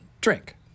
Drink